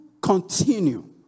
continue